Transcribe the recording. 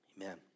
Amen